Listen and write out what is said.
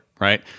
right